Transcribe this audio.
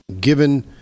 given